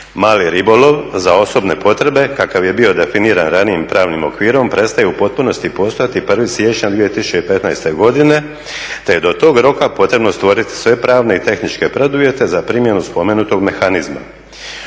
Mali ribolov za osobne potrebe kakav je bio definiran ranijim pravnim okvirom prestaje u potpunosti postojati 1. siječnja 2015. godine, te je do tog roka potrebno stvoriti sve pravne i tehničke preduvjete za primjenu spomenutog mehanizma.